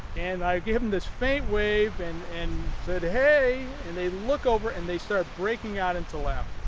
and i gave them this faint wave and and said hey. and they look over and they start breaking out into laughter.